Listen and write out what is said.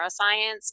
neuroscience